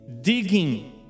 digging